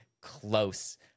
close